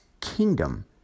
kingdom